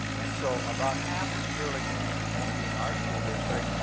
and so about half of sterling ranch is going to be in our school district,